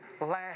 last